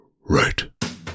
right